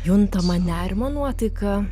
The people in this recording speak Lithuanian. juntamą nerimo nuotaiką